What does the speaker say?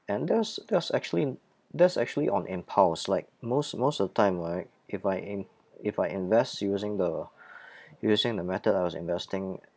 and that was that was actually that's actually on impulse like most most of the time right if I in~ if I invest using the using the method I was investing